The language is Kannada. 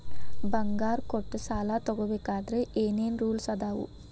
ಬಂಗಾರ ಕೊಟ್ಟ ಸಾಲ ತಗೋಬೇಕಾದ್ರೆ ಏನ್ ಏನ್ ರೂಲ್ಸ್ ಅದಾವು?